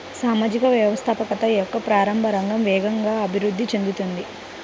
సామాజిక వ్యవస్థాపకత యొక్క ప్రారంభ రంగం వేగంగా అభివృద్ధి చెందుతోంది